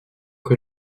que